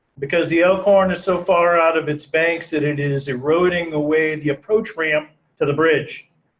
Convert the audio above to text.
because the elkhorn is so far out of its banks that it is eroding away the approach ramp to the bridge.